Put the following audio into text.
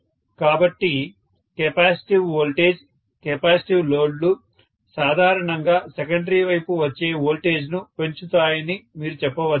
కాబట్టి capacitive voltage capacitive లోడ్లు సాధారణంగా సెకండరీ వైపు వచ్చే వోల్టేజ్ను పెంచుతాయని మీరు చెప్పవచ్చు